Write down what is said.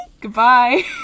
Goodbye